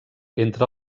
entre